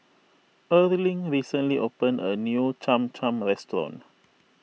Erling recently opened a new Cham Cham restaurant